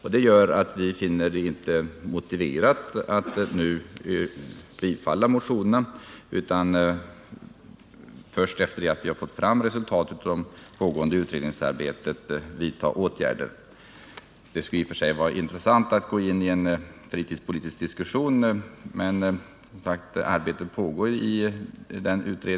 Detta gör att vi inte finner det motiverat att nu biträda motionerna utan anser att åtgärder bör vidtas först efter det att vi fått fram resultatet av det pågående utredningsarbetet. Det skulle i och för sig vara intressant att gå in i en fritidspolitisk diskussion, men utredningsarbetet pågår som sagt.